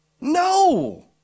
No